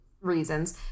reasons